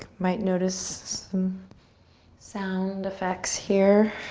might notice some sound effects here.